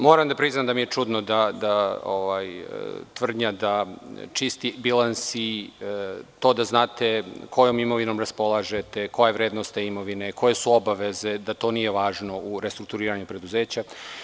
Moram da priznam da mi je čudna tvrdnja da čisti bilansi, to da znate, kojom imovinom raspolažete, koja je vrednost te imovine, koje su obaveze, da to nije važno u restrukturiranju preduzeća.